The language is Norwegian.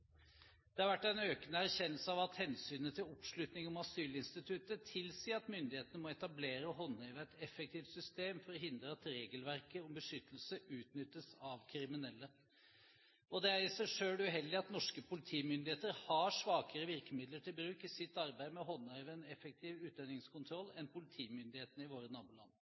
Det har vært en økende erkjennelse av at hensynet til oppslutning om asylinstituttet tilsier at myndighetene må etablere og håndheve et effektivt system for å hindre at regelverket om beskyttelse utnyttes av kriminelle. Det er i seg selv uheldig at norske politimyndigheter har svakere virkemidler til bruk i sitt arbeid med å håndheve en effektiv utlendingskontroll enn politimyndighetene i våre naboland.